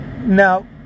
Now